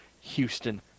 Houston